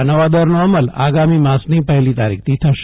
આ નવા દરનો અમલ આગામી માસની પહેલી તારીખથી થશે